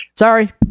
Sorry